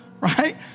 right